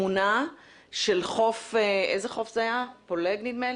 תמונה של חוף, פולג נדמה לי,